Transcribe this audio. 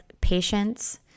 patience